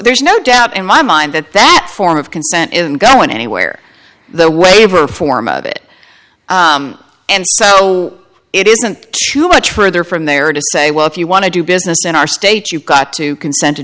there's no doubt in my mind that that form of consent isn't going anywhere the waiver form of it and so it isn't too much further from there to say well if you want to do business in our state you got to consent